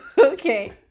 Okay